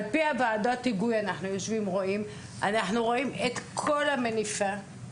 בוועדת ההיגוי אנחנו יושבים ורואים את כל המניפה,